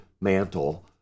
mantle